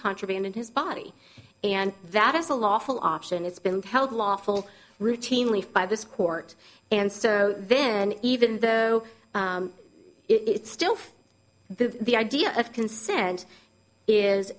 contraband in his body and that is a lawful option it's been held lawful routinely by this court and so then even though it's still the idea of consent is